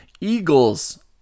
Eagles